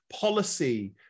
policy